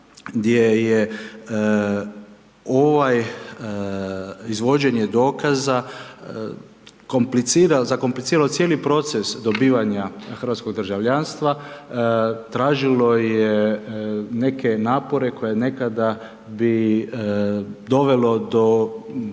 gdje je ovaj izvođenje dokaza komplicira, zakompliciralo cijeli proces dobivanja hrvatskog državljanstva, tražilo je neke napore koje nekada bi dovelo do